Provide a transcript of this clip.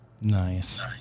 nice